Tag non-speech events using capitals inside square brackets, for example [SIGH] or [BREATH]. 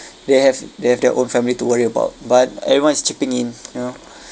they have they have their own family to worry about but everyone is chipping in you know [BREATH]